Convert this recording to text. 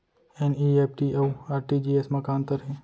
NEFT अऊ RTGS मा का अंतर हे?